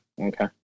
Okay